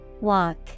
Walk